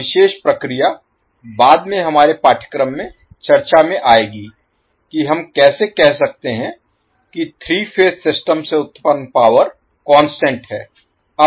यह विशेष प्रक्रिया बाद में हमारे पाठ्यक्रम में चर्चा में आएगी कि हम कैसे कह सकते हैं कि 3 फेज सिस्टम से उत्पन्न पावर कांस्टेंट है